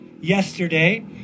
yesterday